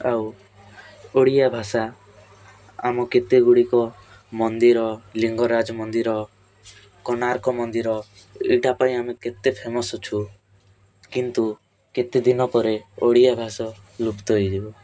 ଆଉ ଓଡ଼ିଆ ଭାଷା ଆମ କେତେ ଗୁଡ଼ିକ ମନ୍ଦିର ଲିଙ୍ଗରାଜ ମନ୍ଦିର କୋଣାର୍କ ମନ୍ଦିର ଏଇଟା ପାଇଁ ଆମେ କେତେ ଫେମସ୍ ଅଛୁ କିନ୍ତୁ କେତେଦିନ ପରେ ଓଡ଼ିଆ ଭାଷା ଲୁପ୍ତ ହେଇଯିବ